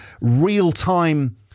real-time